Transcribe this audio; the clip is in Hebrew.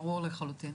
ברור לחלוטין,